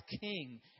king